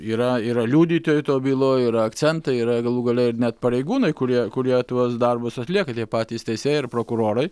yra yra liudytojai toj byloj yra akcentai yra galų gale ir net pareigūnai kurie kurie tuos darbus atlieka tie patys teisėjai ir prokurorai